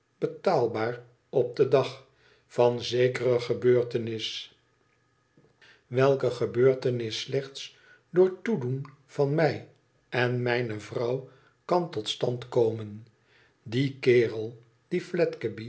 betaatbaar op den dag van zekere gebeurtenis welke gebeurtenis slechts door toedoen van mij en mijne vrouw kan tot stand komen die kerel die